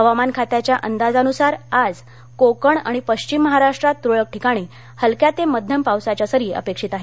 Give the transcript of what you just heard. हवामान खात्याच्या अंदाजानुसार आज कोकण आणि पश्चिम महाराष्ट्रात तुरळक ठिकाणी हलक्या ते मध्यम पावसाच्या सरी अपेक्षित आहेत